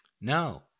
No